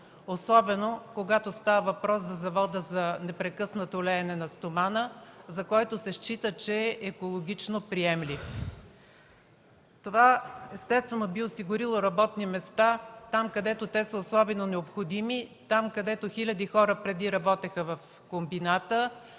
особено когато става въпрос за Завода за непрекъснато леене на стомана, за който се счита, че е екологично приемлив. Това естествено би осигурило работни места там, където те са особено необходими, там, където хиляди хора преди работеха в комбината,